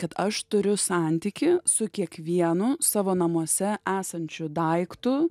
kad aš turiu santykį su kiekvienu savo namuose esančiu daiktu